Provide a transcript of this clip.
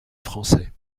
français